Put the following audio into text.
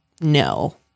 No